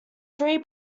three